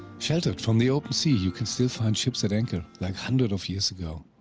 sheltered from the open sea, you can still find ships at anchor, like hundreds of years ago.